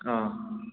ꯑꯥ